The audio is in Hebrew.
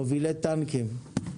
מובילי טנקים.